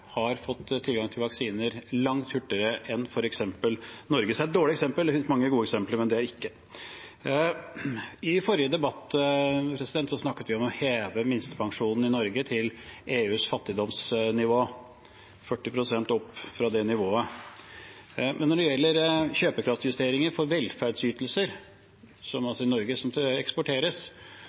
har fått tilgang til vaksiner langt hurtigere enn f.eks. Norge. Så det er et dårlig eksempel. Det finnes mange gode eksempler, men det er ikke et av dem. I forrige debatt snakket vi om å heve minstepensjonen i Norge til EUs fattigdomsnivå – 40 pst. opp fra det nivået. Men når det gjelder kjøpekraftjusteringer for velferdsytelser i Norge som eksporteres,